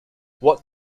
what